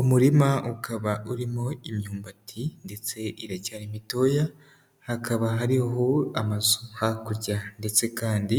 Umurima ukaba urimo imyumbati ndetse iracyari mitoya, hakaba hariho amazu hakurya ndetse kandi